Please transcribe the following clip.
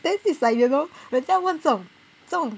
then it's like you know 人家问这种这种